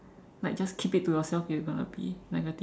like just keep it to yourself if you're going to be negative